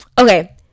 Okay